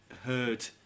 heard